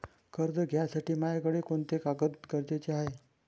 कर्ज घ्यासाठी मायाकडं कोंते कागद गरजेचे हाय?